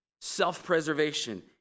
self-preservation